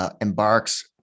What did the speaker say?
Embarks